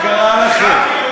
מה קרה לכם?